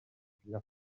filière